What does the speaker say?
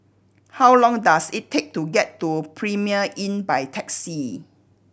how long does it take to get to Premier Inn by taxi